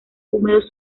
húmedos